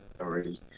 already